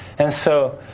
and so,